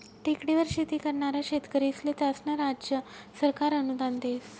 टेकडीवर शेती करनारा शेतकरीस्ले त्यास्नं राज्य सरकार अनुदान देस